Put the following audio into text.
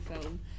film